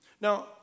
Now